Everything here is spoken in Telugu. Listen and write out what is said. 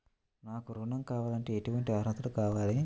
నాకు ఋణం కావాలంటే ఏటువంటి అర్హతలు కావాలి?